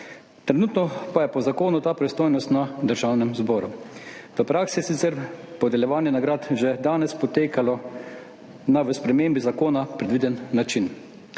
trenutno pa je po zakonu ta pristojnost na Državnem zboru. V praksi je sicer podeljevanje nagrad že danes potekalo na v spremembi zakona predviden način.